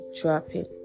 dropping